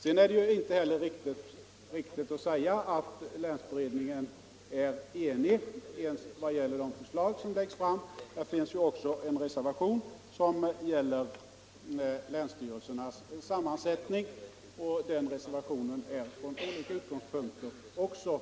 Det är inte heller riktigt att säga att länsberedningen är enig ens om de förslag som läggs fram. I beredningen finns en reservation som gäller länsstyrelsernas sammansättning. Den reservationen är från olika utgångspunkter rätt viktig.